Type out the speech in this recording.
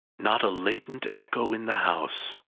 not a latent echo in the house,